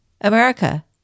America